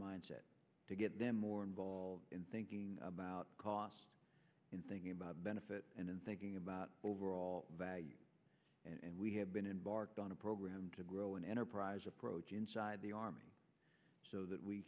mindset to get them more involved in thinking about cost in thinking about benefit and in thinking about overall value and we have been in bark on a program to grow an enterprise approach inside the army so that we